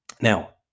Now